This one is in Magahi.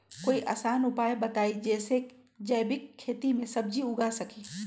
कोई आसान उपाय बताइ जे से जैविक खेती में सब्जी उगा सकीं?